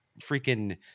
freaking